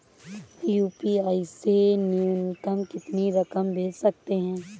UPI से न्यूनतम कितनी रकम भेज सकते हैं?